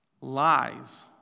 Lies